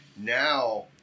Now